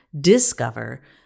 discover